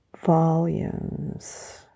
volumes